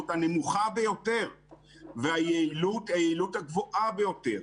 הנמוכה יותר והיעילות היא היעילות הגבוהה ביותר.